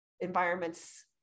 environments